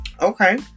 Okay